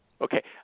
Okay